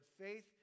faith